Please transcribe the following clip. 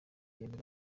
yemeje